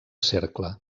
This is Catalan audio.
cercle